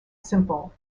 simple